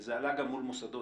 וזה עלה גם מול מוסדות,